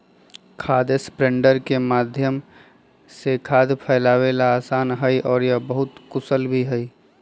खाद स्प्रेडर के माध्यम से खाद फैलावे ला आसान हई और यह बहुत कुशल भी हई